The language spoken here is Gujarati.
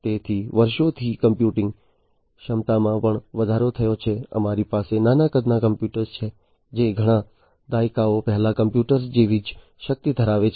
તેથી વર્ષોથી કોમ્પ્યુટિંગ ક્ષમતામાં પણ વધારો થયો છે અમારી પાસે નાના કદના કમ્પ્યુટર્સ છે જે ઘણા દાયકાઓ પહેલાના કમ્પ્યુટર્સ જેવી જ શક્તિ ધરાવે છે